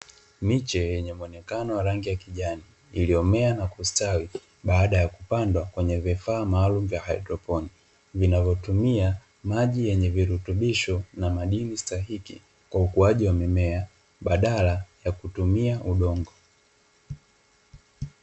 Miche yenye mwonekano wa rangi ya kijani iliyomea na kustawi baada ya kupandwa kwenye vifaa maalumu vya haidroponi, vinavyotumia maji yenye virutubisho na madini stahiki kwa ukuaji wa mimea badala ya kutumia udongo.